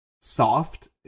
soft